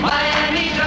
Miami